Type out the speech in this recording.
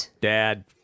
Dad